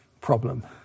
problem